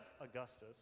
Augustus